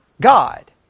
God